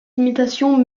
imitations